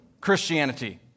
Christianity